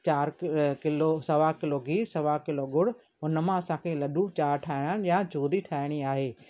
चारि किलो सवा किलो गिहु सवा किलो ॻुड़ उनमां असांखे लॾूं चारि ठाहिणा आहिनि या चूरी ठाहिणी आहे